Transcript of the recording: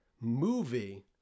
movie